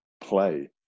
play